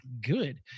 good